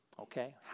Okay